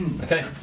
Okay